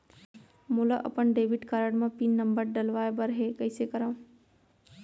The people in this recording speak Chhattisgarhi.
मोला अपन डेबिट कारड म पिन नंबर डलवाय बर हे कइसे करव?